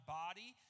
body